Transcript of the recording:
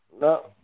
No